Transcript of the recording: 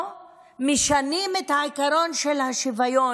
או משנים את העיקרון של השוויון,